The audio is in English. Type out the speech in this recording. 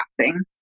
acting